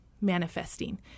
manifesting